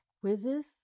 quizzes